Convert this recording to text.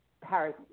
Paris